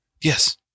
Yes